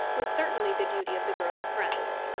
was certainly the duty of the girl's friends.